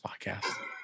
podcast